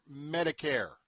Medicare